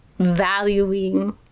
valuing